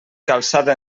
calçada